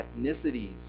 ethnicities